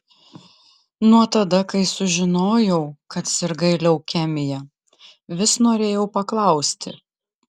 nuo tada kai sužinojau kad sirgai leukemija vis norėjau paklausti